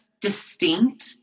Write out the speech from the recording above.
distinct